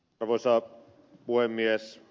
arvoisa puhemies